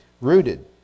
rooted